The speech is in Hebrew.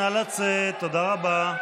נא לצאת, תודה רבה.